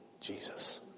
Jesus